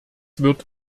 wird